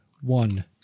one